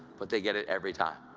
but they get it every time.